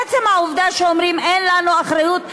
עצם העובדה שאומרים: אין לנו אחריות,